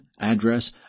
address